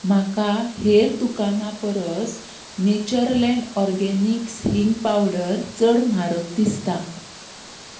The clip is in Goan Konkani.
म्हाका हेर दुकानां परस नेचरलँड ऑरगॅनिक्स हिंग पावडर चड म्हारग दिसता